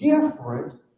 different